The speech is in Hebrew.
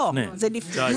לא, זה לפני.